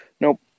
Nope